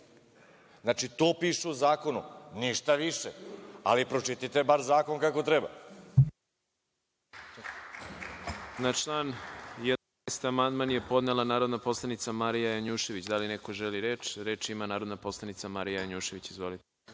mogli. To piše u zakonu. Ništa više. A vi pročitajte bar zakon kako treba.